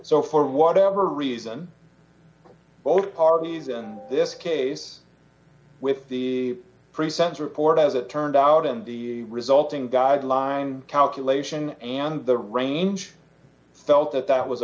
so for whatever reason both parties in this case with the present report as it turned out in the resulting guideline calculation and the range felt that that was